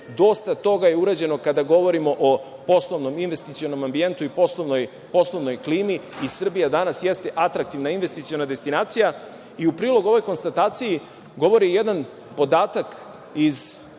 Dosta toga je urađeno kada govorimo o poslovnom, investicionom ambijentu i poslovnoj klimi i Srbija danas jeste atraktivna investiciona destinacija i u prilog ovoj konstataciji govori jedan podatak iz